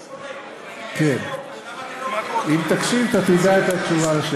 בשביל מה צריך את החוק, אדוני שר התקשורת?